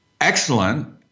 excellent